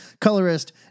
colorist